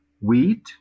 wheat